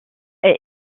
est